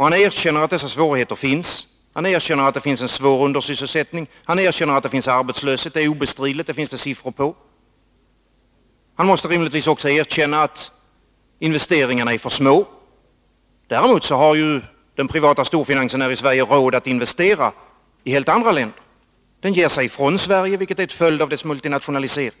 Han erkänner att dessa svårigheter finns. Han erkänner att vi har svår undersysselsättning och arbetslöshet — det är obestridligt, det finns det siffror på. Han måste rimligtvis också erkänna att investeringarna är för små. Däremot har den privata storfinansen här i Sverige råd att investera i helt andra länder. Den ger sig iväg från Sverige, vilket är en följd av dess multinationalisering.